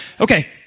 Okay